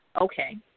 Okay